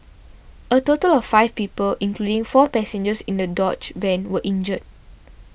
a total of five people including four passengers in the Dodge van were injured